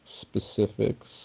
specifics